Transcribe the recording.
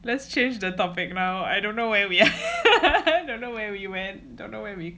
let's change the topic now I don't know where we are I don't know where we went don't know where we